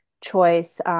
choice